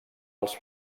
als